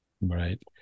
right